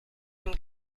dem